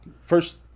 First